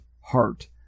heart